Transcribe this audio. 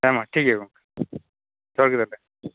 ᱟᱪᱦᱟ ᱢᱟ ᱴᱷᱤᱠ ᱜᱮᱭᱟ ᱜᱚᱝᱠᱷᱮ ᱫᱚᱦᱚ ᱠᱮᱫᱟᱞᱮ